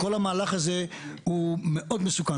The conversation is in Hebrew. כל המהלך הזה הוא מאוד מסוכן.